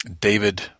David